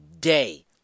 day